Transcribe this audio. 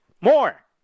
More